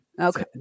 okay